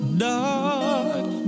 dark